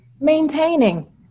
maintaining